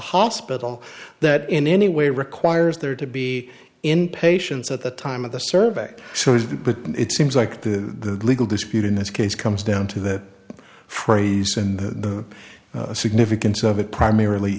hospital that in any way requires there to be in patients at the time of the survey so as you put it seems like the legal dispute in this case comes down to that phrase and the significance of it primarily